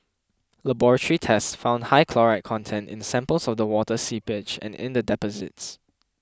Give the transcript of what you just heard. laboratory tests found high chloride content in samples of the water seepage and in the deposits